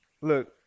look